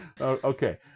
Okay